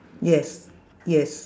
yes yes